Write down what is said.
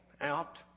out